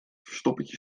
verstoppertje